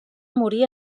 morir